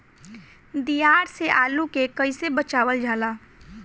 दियार से आलू के कइसे बचावल जाला?